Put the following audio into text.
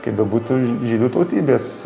kaip bebūtų žydų tautybės